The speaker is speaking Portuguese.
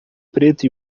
preto